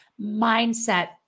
mindset